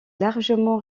largement